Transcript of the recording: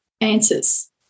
answers